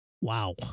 Wow